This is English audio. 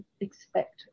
expect